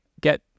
get